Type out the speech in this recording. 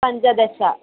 पञ्चदश